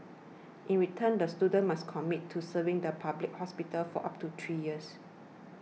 in return the students must commit to serving the public hospitals for up to three years